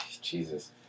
Jesus